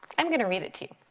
i'm gonna read it to you.